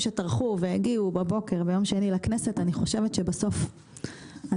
.אני חושבת שבסוף הדרך שלנו בעולם כזה של הייטק